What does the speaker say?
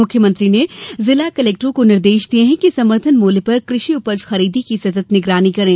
मुख्यमंत्री ने जिला कलेक्टरों को निर्देश दिये कि समर्थन मूल्य पर कृषि उपज खरीदी की सतत् निगरानी करें